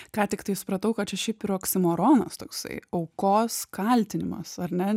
ką tiktai supratau kad čia šiaip yra oksimoronas toksai aukos kaltinimas ar ne